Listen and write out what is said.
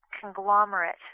conglomerate